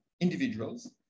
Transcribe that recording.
individuals